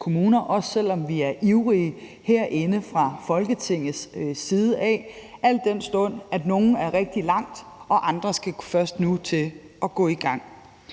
også selv om vi er ivrige herinde fra Folketingets side af, al den stund at nogle er rigtig langt og andre først nu skal til at gå i gang.